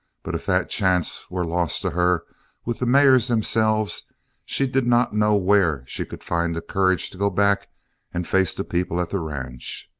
but if that chance were lost to her with the mares themselves she did not know where she could find the courage to go back and face the people at the ranch.